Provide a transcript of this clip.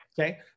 Okay